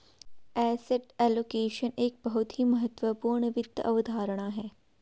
asset allocation एक बहुत ही महत्वपूर्ण वित्त अवधारणा है